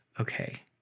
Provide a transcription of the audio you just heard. Okay